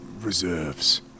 reserves